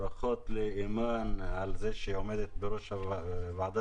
ברכות לאימאן על זה שהיא עומדת בראש ועדת